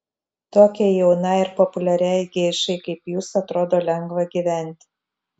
tokiai jaunai ir populiariai geišai kaip jūs atrodo lengva gyventi